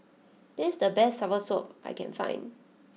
this is the best soursop I can find